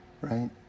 right